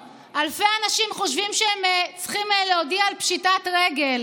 היום אלפי אנשים חושבים שהם צריכים להודיע על פשיטת רגל